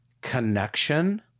Connection